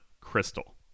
Crystal